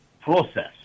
process